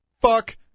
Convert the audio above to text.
Fuck